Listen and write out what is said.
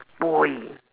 boy